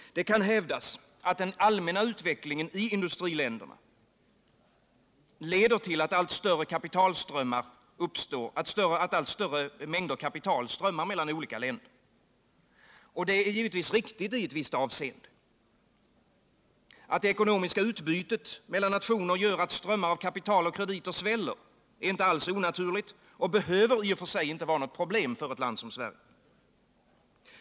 Det kan hävdas att den allmänna utvecklingen i industriländerna leder till att allt större mängder kapital strömmar mellan olika länder. Det är riktigt i ett visst avseende. Att det ekonomiska utbytet mellan nationer gör att strömmarna av kapital och krediter sväller är inte alls onaturligt och behöver i sig självt inte vara något problem för ett land som Sverige.